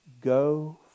Go